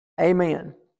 Amen